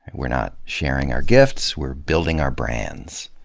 and we're not sharing our gifts, we're building our brands.